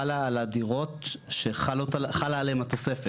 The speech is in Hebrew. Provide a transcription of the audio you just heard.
חלה על הדירות שחלה עליהן התוספת.